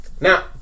Now